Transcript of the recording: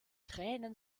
tränen